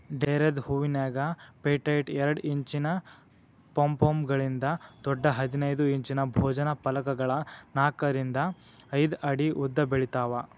ಡೇರೆದ್ ಹೂವಿನ್ಯಾಗ ಪೆಟೈಟ್ ಎರಡ್ ಇಂಚಿನ ಪೊಂಪೊಮ್ಗಳಿಂದ ದೊಡ್ಡ ಹದಿನೈದ್ ಇಂಚಿನ ಭೋಜನ ಫಲಕಗಳ ನಾಕರಿಂದ ಐದ್ ಅಡಿ ಉದ್ದಬೆಳಿತಾವ